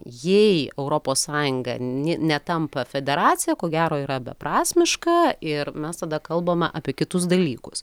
jei europos sąjunga ne netampa federacija ko gero yra beprasmiška ir mes tada kalbam apie kitus dalykus